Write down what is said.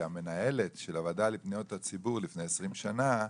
שהמנהלת של הוועדה לפניות הציבור לפני 20 שנה,